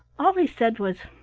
all he said was,